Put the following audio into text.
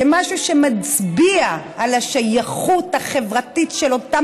כמשהו שמצביע על השייכות החברתית של אותם